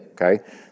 okay